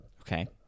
Okay